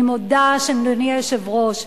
אני מודה, אדוני היושב-ראש,